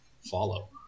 follow